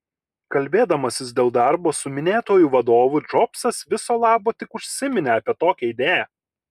kalbėdamasis dėl darbo su minėtuoju vadovu džobsas viso labo tik užsiminė apie tokią idėją